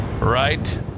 Right